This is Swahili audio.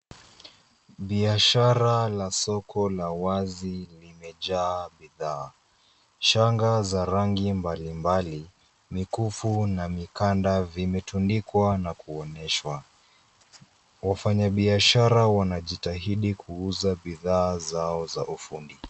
Biashara la soko la wazi limejaa bidhaa. Shanga za rangi mbalimbali, mikufu na mikanda vimetundikwa na kuoneshwa. Wafanyabiashara wanajitahidi kuuza bidhaa zao za ufundi.